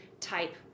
type